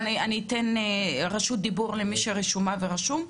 לא, אני אתן זכות דיבור למי שרשומה ורשום,